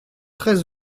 très